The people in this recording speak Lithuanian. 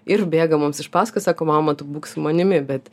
ir bėga mums iš paskos sako mama tu būk su manimi bet